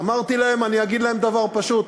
אמרתי להם: אני אגיד להם דבר פשוט.